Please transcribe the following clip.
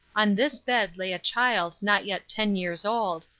on this bed lay a child not yet ten years old,